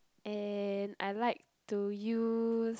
and I like to use